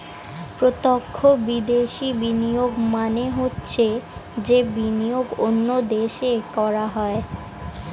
প্রত্যক্ষ বিদেশি বিনিয়োগ মানে হচ্ছে যে বিনিয়োগ অন্য দেশে করা হয়